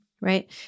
right